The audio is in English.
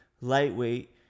lightweight